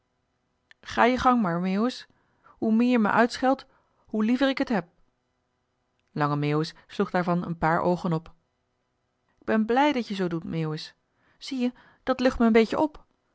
ga je gang maar meeuwis hoe meer je me uitscheldt hoe liever ik het heb lange meeuwis sloeg daarvan een paar oogen op k ben blij dat je zoo doet meeuwis zie-je dat lucht me een beetje op